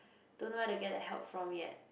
don't know where to get the help from yet